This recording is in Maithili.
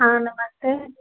हॅं नमस्ते